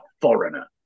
foreigner